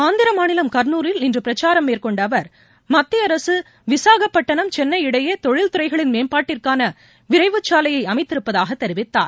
ஆந்திரமாநிலம் கர்னூலில் இன்றுபிரச்சாரம் மேற்கொண்டஅவர் மத்தியஅரசுவிசாகப்பட்டினம் சென்னை இடையேதொழில் துறைகளின் மேம்பாட்டுக்கானவிரைவுச்சாலையைஅமைத்திருப்பதாகத் தெரிவித்தார்